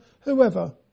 whoever